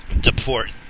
Deport